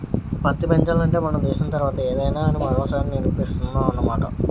పత్తి పెంచాలంటే మన దేశం తర్వాతే ఏదైనా అని మరోసారి నిరూపిస్తున్నావ్ అన్నమాట